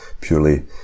purely